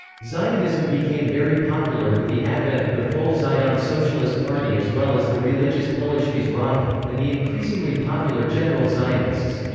zionism became very popular with the advent of the poale zion socialist party as well as the religious polish mizrahi, and the increasingly popular general zionists.